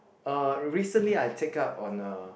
uh recently I take up on uh